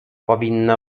powinny